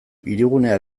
hirigunea